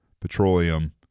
petroleum